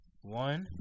One